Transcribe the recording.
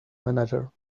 manager